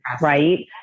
right